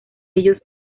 ellos